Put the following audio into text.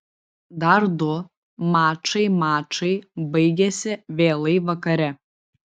dar du mačai mačai baigėsi vėlai vakare